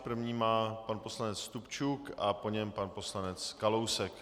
První má pan poslanec Stupčuk a po něm pan poslanec Kalousek.